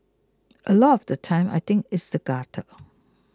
a lot of the time I think it's the gutter